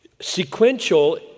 Sequential